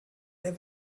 der